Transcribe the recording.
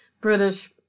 British